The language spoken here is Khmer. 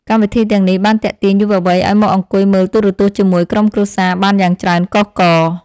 កម្មវិធីទាំងនេះបានទាក់ទាញយុវវ័យឱ្យមកអង្គុយមើលទូរទស្សន៍ជាមួយក្រុមគ្រួសារបានយ៉ាងច្រើនកុះករ។